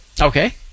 Okay